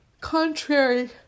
contrary